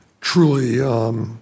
truly